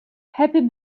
happy